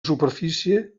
superfície